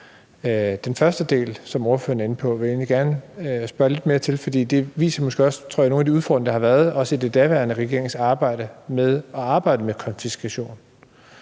Den første del, som ordføreren er inde på, vil jeg egentlig gerne spørge lidt mere til, fordi det måske også viser, tror jeg, nogle af de udfordringer, der har været, også i den daværende regerings arbejde med at arbejde med konfiskation.